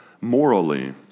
morally